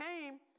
came